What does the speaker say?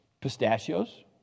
Pistachios